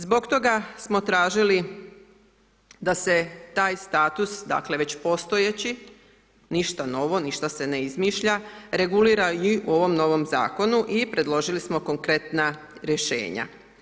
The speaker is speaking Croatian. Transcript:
Zbog toga smo tražili da se taj status dakle, već postojeći, ništa novo, ništa se ne izmišlja, regulira i u ovom novom Zakonu i predložili smo konkretna rješenja.